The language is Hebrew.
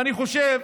ואני חושב,